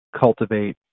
cultivate